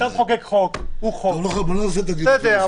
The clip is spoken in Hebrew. אבל בוא לא נעשה את הדיון הזה עכשיו.